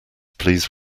please